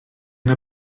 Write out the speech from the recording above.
yna